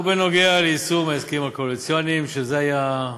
ואשר ליישום ההסכמים הקואליציוניים, שזה היה,